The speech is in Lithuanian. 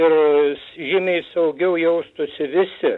ir žymiai saugiau jaustųsi visi